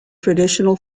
traditional